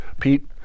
Pete